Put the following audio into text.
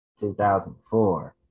2004